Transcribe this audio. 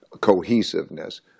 cohesiveness